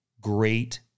great